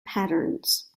patterns